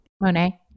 Monet